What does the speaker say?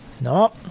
no